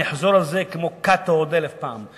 אני אחזור על זה כמו קאטו עוד אלף פעם,